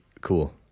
Cool